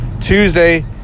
Tuesday